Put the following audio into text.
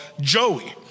Joey